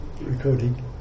recording